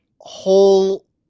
whole